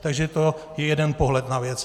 Takže to je jeden pohled na věc.